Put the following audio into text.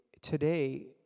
today